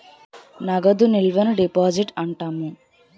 నగదు నిల్వను డిపాజిట్ అంటాము